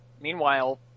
meanwhile